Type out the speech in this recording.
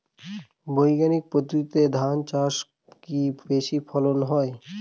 বৈজ্ঞানিক পদ্ধতিতে ধান চাষে কি বেশী ফলন হয়?